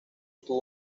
tuvo